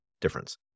difference